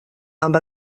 amb